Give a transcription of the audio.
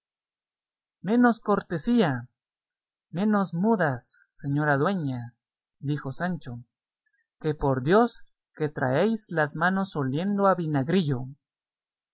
menos cortesía menos mudas señora dueña dijo sancho que por dios que traéis las manos oliendo a vinagrillo